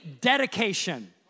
dedication